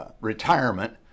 retirement